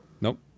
Nope